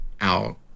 out